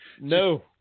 No